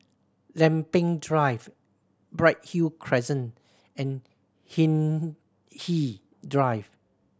Lempeng Drive Bright Hill Crescent and Hindhede Drive